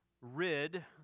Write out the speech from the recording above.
rid